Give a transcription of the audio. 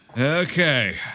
Okay